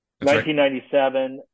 1997